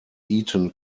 eton